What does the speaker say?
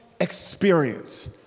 experience